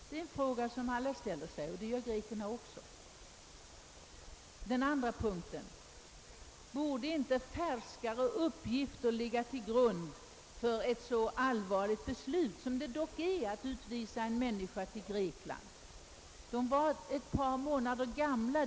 Det är en fråga som alla ställer sig — grekerna också. Borde inte färskare uppgifter ligga till grund för ett så allvarligt beslut som det dock är att utvisa en person till Grekland?